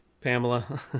Pamela